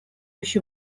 еще